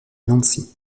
nancy